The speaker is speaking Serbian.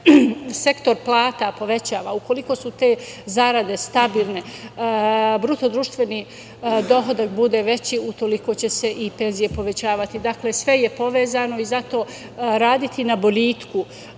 sektor plata povećava, ukoliko su te zarade stabilne, bruto društveni dohodak bude veći utoliko će se i penzije povećavati. Dakle, sve je povezano i zato raditi na boljitku